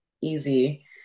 easy